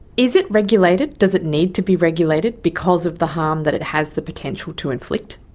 is it regulated, does it need to be regulated because of the harm that it has the potential to inflict?